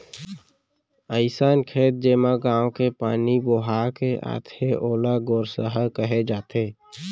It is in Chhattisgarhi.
अइसन खेत जेमा गॉंव के पानी बोहा के आथे ओला गोरसहा कहे जाथे